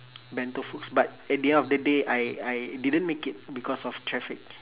bento foods but at the end of the day I I didn't make it because of traffic